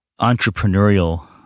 Entrepreneurial